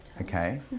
Okay